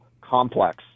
complex